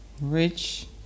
Rich